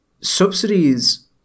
subsidies